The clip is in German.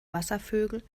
wasservögel